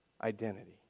identity